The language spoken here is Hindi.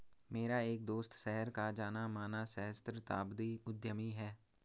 मेरा एक दोस्त शहर का जाना माना सहस्त्राब्दी उद्यमी है